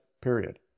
period